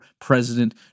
President